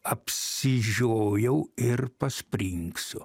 apsižiojau ir paspringsiu